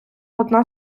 одна